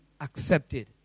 accepted